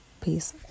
Peace